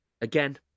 Again